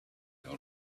all